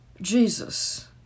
Jesus